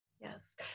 Yes